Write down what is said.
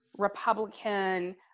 Republican